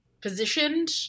positioned